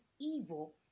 evil